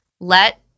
let